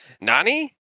Nani